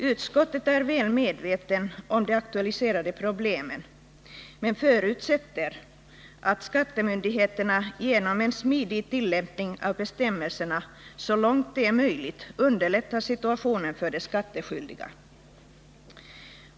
Utskottet är väl medvetet om de aktualiserade problemen men förutsätter att skattemyndigheterna genom en smidig tillämpning av bestämmelserna så långt det är möjligt underlättar situationen för de skattskyldiga.